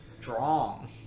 strong